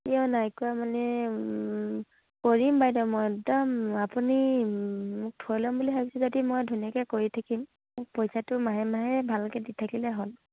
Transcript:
এতিয়া নাই কৰা মানে কৰিম বাইদেউ মই একদম আপুনি মোক থৈ ল'ম বুলি ভাবিছে যদি মই ধুনীয়াকৈ কৰি থাকিম মোক পইছাটো মাহে মাহে ভালকৈ দি থাকিলে হ'ল